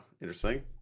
interesting